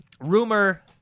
rumor